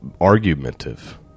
argumentative